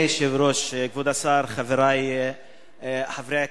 אדוני היושב-ראש, כבוד השר, חברי חברי הכנסת,